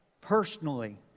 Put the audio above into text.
personally